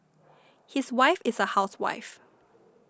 his wife is a housewife